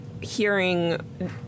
hearing